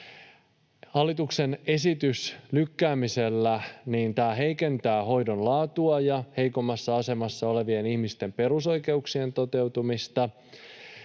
Hallituksen esitys lykkäämisestä heikentää hoidon laatua ja heikommassa asemassa olevien ihmisten perusoikeuksien toteutumista,